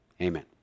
Amen